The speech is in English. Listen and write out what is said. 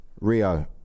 Rio